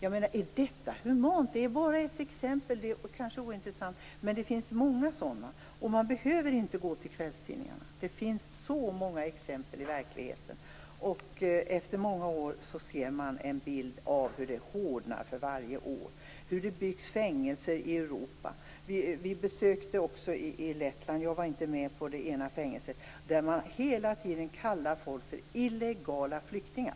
Är detta humant? Det är bara ett exempel, och det kanske är ointressant, men det finns många sådana. Man behöver inte gå till kvällstidningarna. Det finns så många exempel i verkligheten. Efter många år ser man en bild av hur det hårdnar för varje år, hur det byggs fängelser i Europa. Vi besökte fängelser i Lettland. Jag var inte med på det ena fängelset. Där kallade man hela tiden folk för illegala flyktingar.